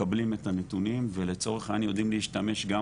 מקבלים את הנתונים ולצורך העניין יודעים להשתמש גם